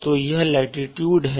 तो यह लाटीट्यूड है